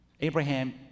Abraham